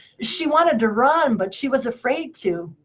she wanted to run, but she was afraid to.